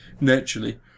naturally